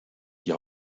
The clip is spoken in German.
die